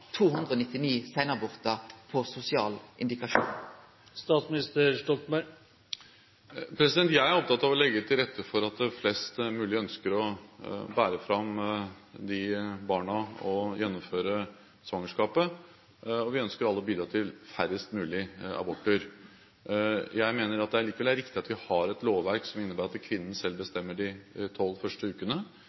299 seinabortar på sosial indikasjon? Jeg er opptatt av å legge til rette for at flest mulig ønsker å bære fram barnet – gjennomføre svangerskapet. Vi ønsker alle å bidra til at det blir færrest mulig aborter. Jeg mener at det likevel er riktig at vi har et lovverk som innebærer at kvinnen selv bestemmer de 12 første ukene,